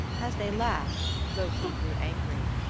as they laughed loki grew angry.